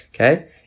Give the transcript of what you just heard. okay